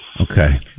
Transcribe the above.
Okay